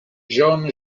john